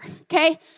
okay